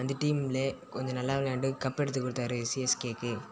அந்த டீம்மில் கொஞ்சம் நல்லா விளையாண்டு கப் எடுத்துக் கொடுத்தாரு சிஎஸ்கேக்கு